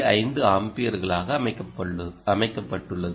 5 ஆம்பியர்களாக அமைக்கப்பட்டுள்ளது